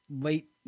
late